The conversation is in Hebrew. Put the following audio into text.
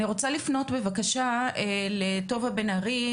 אני רוצה לפנות בבקשה לטובה בן ארי,